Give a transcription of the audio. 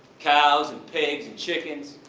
cows and pigs and chickens.